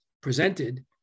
presented